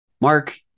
Mark